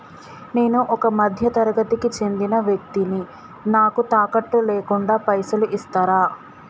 నేను ఒక మధ్య తరగతి కి చెందిన వ్యక్తిని నాకు తాకట్టు లేకుండా పైసలు ఇస్తరా?